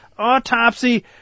autopsy